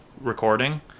recording